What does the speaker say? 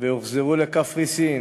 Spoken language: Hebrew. והוחזרו לקפריסין.